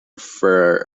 fur